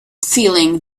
feeling